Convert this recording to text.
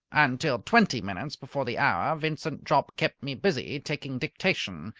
until twenty minutes before the hour vincent jopp kept me busy taking dictation,